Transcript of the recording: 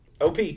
OP